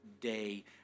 day